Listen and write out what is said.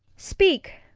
speak,